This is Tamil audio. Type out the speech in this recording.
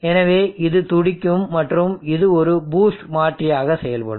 எனவே இது துடிக்கும் மற்றும் இது ஒரு பூஸ்ட் மாற்றியாக செயல்படும்